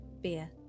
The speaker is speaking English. Beer